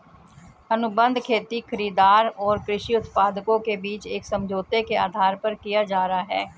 अनुबंध खेती खरीदार और कृषि उत्पादकों के बीच एक समझौते के आधार पर किया जा रहा है